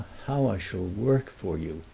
how i shall work for you!